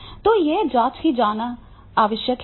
तो यह जाँच की जानी है